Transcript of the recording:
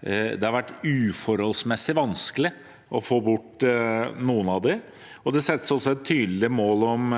det har vært uforholdsmessig vanskelig å få bort noen av dem. Det settes også et tydelig mål om